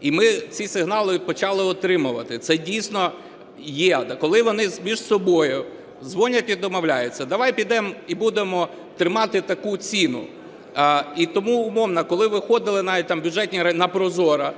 і ми ці сигнали почали отримувати. Це, дійсно, є. Коли вони між собою дзвонять і домовляються: давай підемо і будемо тримати таку ціну. І тому, умовно, коли виходили навіть там бюджетні… на ProZorro